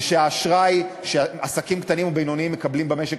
זה שהאשראי שעסקים קטנים ובינוניים מקבלים במשק